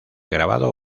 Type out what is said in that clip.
grabado